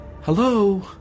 Hello